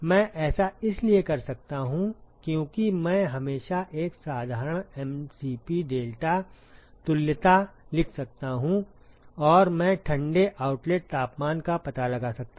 मैं ऐसा इसलिए कर सकता हूं क्योंकि मैं हमेशा एक साधारण एमसीपी डेल्टा तुल्यता लिख सकता हूं और मैं ठंडे आउटलेट तापमान का पता लगा सकता हूं